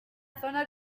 zona